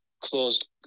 closed